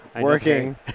working